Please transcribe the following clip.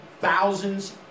thousands